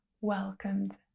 welcomed